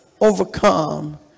overcome